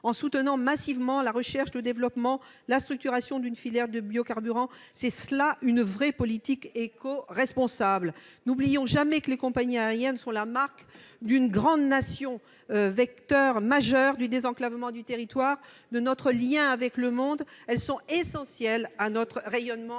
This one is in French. en soutenant massivement la recherche et le développement, la structuration d'une filière de bio-carburant. C'est cela une vraie politique éco-responsable ! N'oublions jamais que les compagnies aériennes sont la marque d'une grande nation. Vecteurs majeurs du désenclavement du territoire, de notre lien avec le monde, elles sont essentielles à notre rayonnement